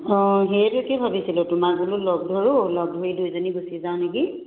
অঁ সেইটোকে ভাবিছিলোঁ তোমাক বোলো লগ ধৰোঁ লগ ধৰি দুইজনী গুচি যাওঁ নেকি